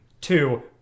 Two